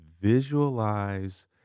Visualize